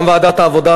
גם ועדת העבודה,